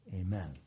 Amen